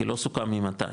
כי לא סוכם מתי,